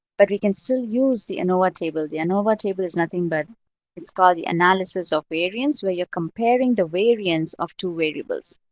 but we can still use the anova table. the anova table is nothing but it's called the analysis of variance where you're comparing the variance of two variables.